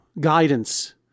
guidance